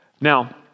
Now